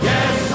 Yes